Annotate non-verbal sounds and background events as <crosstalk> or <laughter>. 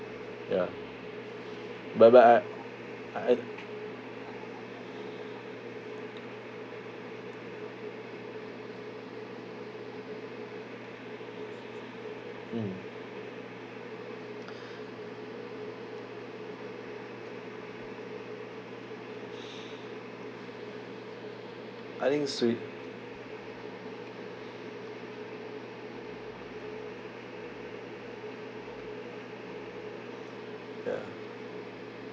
ya but but I I mm <breath> I think sui~ ya